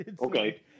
okay